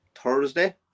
Thursday